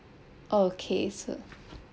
okay sir